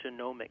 genomic